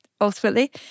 ultimately